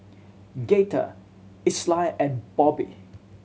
Gaither Isai and Bobbi